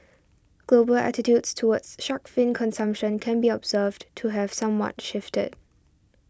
global attitudes towards shark fin consumption can be observed to have somewhat shifted